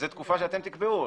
זו תקופה שאתם תקבעו,